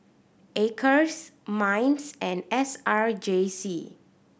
Acres MINDS and S R J C